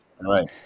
Right